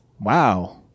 wow